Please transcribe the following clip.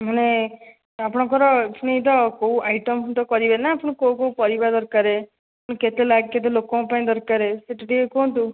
ମାନେ ଆପଣଙ୍କର ପୁଣି ତ କେଉଁ ଆଇଟମ୍ ତ କରିବେ ନା ତ ପୁଣି କେଉଁ କେଉଁ ପରିବା ଦରକାର ପୁଣି କେତେ କେତେ ଲୋକଙ୍କ ପାଇଁ ଦରକାର ସେଇଟା ଟିକିଏ କୁହନ୍ତୁ